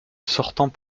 sortant